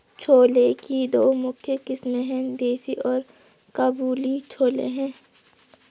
छोले की दो मुख्य किस्में है, देसी और काबुली छोले हैं